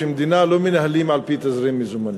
שמדינה לא מנהלים על-פי תזרים מזומנים.